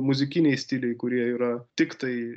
muzikiniai stiliai kurie yra tiktai